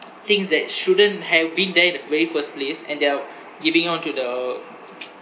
things that shouldn't have been there in the very first place and they are giving out to the